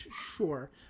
sure